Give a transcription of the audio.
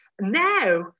now